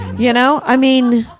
you know? i mean,